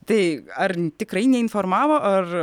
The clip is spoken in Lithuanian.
tai ar tikrai neinformavo ar